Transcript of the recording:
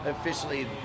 officially